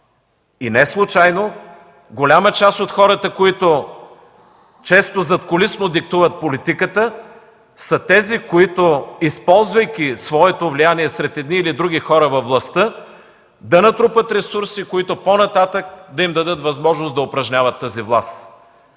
Неслучайно голяма част от хората, които често задкулисно диктуват политиката, са тези, които използват своето влияние сред едни или други хора във властта да натрупат ресурси, които по-нататък да им дадат възможност да упражняват тази власт.